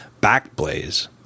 Backblaze